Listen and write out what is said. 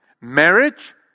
Marriage